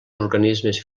organismes